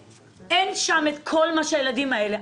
אין שם את כל מה שהילדים האלה צריכים.